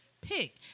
pick